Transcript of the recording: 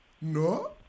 No